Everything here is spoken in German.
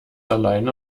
alleine